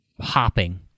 hopping